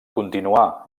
continuar